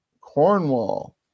Cornwall